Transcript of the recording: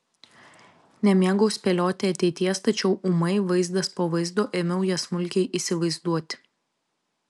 nemėgau spėlioti ateities tačiau ūmai vaizdas po vaizdo ėmiau ją smulkiai įsivaizduoti